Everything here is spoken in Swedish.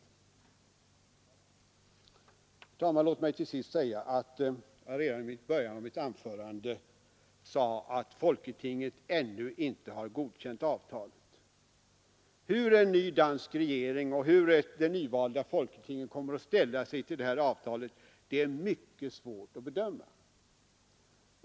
Herr talman! Låt mig till sist säga vad jag framhöll redan i början av mitt anförande att folketinget ännu inte har godkänt avtalet. Hur en ny dansk regering och hur det nyvalda folketinget kommer att ställa sig till det här avtalet är mycket svårt att bedöma.